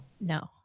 No